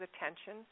attention